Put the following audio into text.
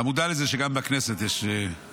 אתה מודע לזה שגם בכנסת יש מכחישים,